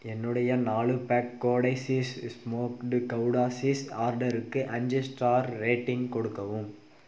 என்னுடைய நாலு pack Gouda cheese smoked Gouda cheese ஆர்டருக்கு அஞ்சு ஸ்டார் ரேட்டிங் கொடுக்கவும்